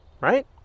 right